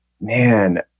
man